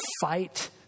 fight